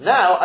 Now